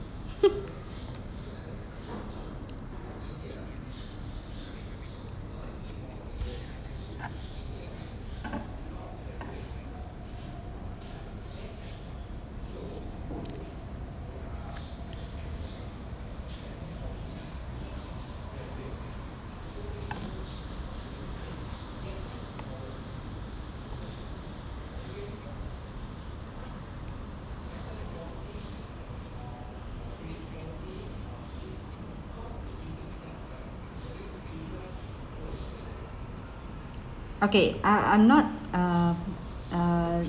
okay uh I'm not uh err